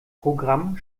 programm